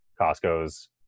Costco's